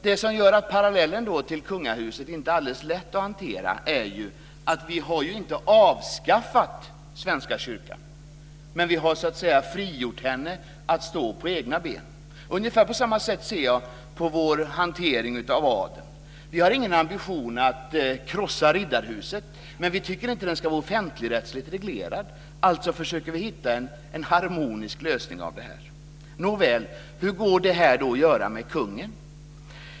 Det som gör att parallellen till kungahuset inte är alldeles lätt att hantera är att vi inte har avskaffat Svenska kyrkan, men vi har så att säga frigjort henne att stå på egna ben. Ungefär på samma sätt ser jag på vår hantering av adeln. Vi har ingen ambition att krossa Riddarhuset, men vi tycker inte att den frågan ska vara offentligrättsligt reglerad. Alltså försöker vi hitta en harmonisk lösning. Nåväl, hur går det här att göra med kungen?